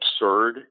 absurd